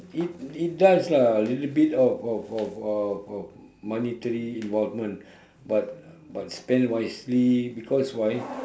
it it does lah a little bit of of of of of monetary involvement but but spend wisely because why